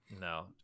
no